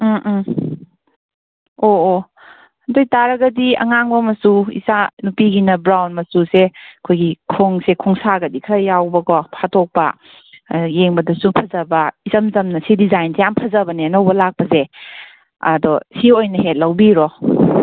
ꯎꯝ ꯎꯝ ꯑꯣ ꯑꯣ ꯑꯗꯨ ꯑꯣꯏꯇꯥꯔꯒꯗꯤ ꯑꯉꯥꯡꯕ ꯃꯆꯨ ꯏꯆꯥꯅꯨꯄꯤꯒꯤꯅ ꯕ꯭ꯔꯥꯎꯟ ꯃꯆꯨꯁꯦ ꯑꯩꯈꯣꯏꯒꯤ ꯈꯣꯡꯁꯦ ꯈꯣꯡꯁꯥꯒꯗꯤ ꯈꯔ ꯌꯥꯎꯕꯀꯣ ꯐꯥꯇꯣꯛꯄ ꯌꯦꯡꯕꯗꯁꯨ ꯐꯖꯕ ꯏꯆꯝ ꯆꯝꯅ ꯁꯤ ꯗꯤꯖꯥꯏꯟꯁꯦ ꯌꯥꯝ ꯐꯖꯕꯅꯦ ꯑꯅꯧꯕ ꯂꯥꯛꯄꯁꯦ ꯑꯗꯣ ꯁꯤ ꯑꯣꯏꯅ ꯍꯦꯛ ꯂꯧꯕꯤꯔꯣ